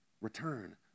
Return